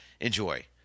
Enjoy